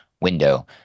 window